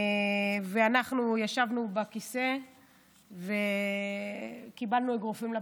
ואנחנו ישבנו בכיסא וקיבלנו אגרופים לבטן.